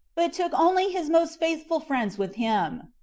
but took only his most faithful friends with him.